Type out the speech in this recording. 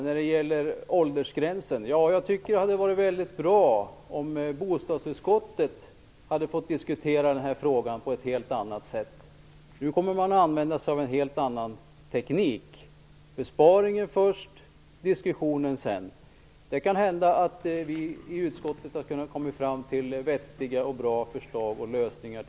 När det gäller åldersgränser tycker jag att det hade varit bra om bostadsutskottet hade fått diskutera denna fråga på ett helt annat sätt. Nu kommer man att använda en annan teknik - besparingen först och diskussionen sedan. Det kan hända att vi i utskottet hade kunnat komma fram till vettiga och bra förslag till lösningar.